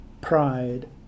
pride